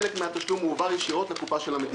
חלק מהתשלום מועבר ישירות לקופה של המדינה.